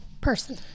person